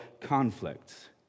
conflict